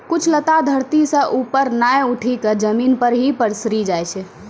कुछ लता धरती सं ऊपर नाय उठी क जमीन पर हीं पसरी जाय छै